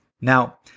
Now